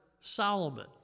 Solomon